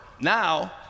Now